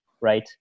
right